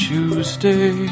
Tuesday